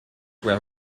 were